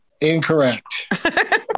Incorrect